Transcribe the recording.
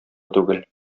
түгел